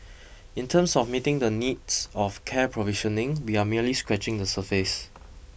in terms of meeting the needs of care provisioning we are merely scratching the surface